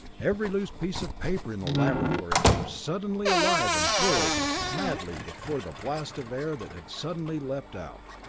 every loose piece of paper in the laboratory came suddenly alive and whirled madly before the blast of air that had suddenly leaped out.